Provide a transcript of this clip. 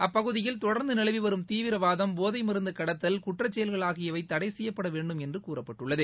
அப்பகுதியில் தொடர்ந்து நிலவி வரும் தீவிரவாதம் போதை மருந்து கடத்தல் குற்றச்செயல்கள் ஆகியவை தடை செய்யப்படவேண்டும் என்று கூறியுள்ளது